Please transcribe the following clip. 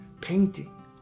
painting